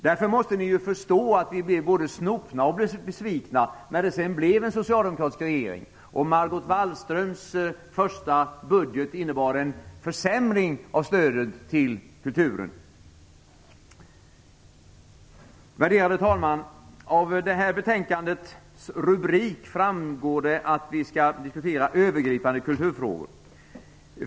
Därför måste ni förstå att vi är både snopna och besvikna när det sedan blev en socialdemokratisk regering och Margot Wallströms första budget innebar en försämring av stödet till kulturen. Värderade talman! Av det här betänkandets rubrik framgår att vi skall diskutera övergripande kulturfrågor.